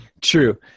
true